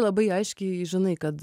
labai aiškiai žinai kad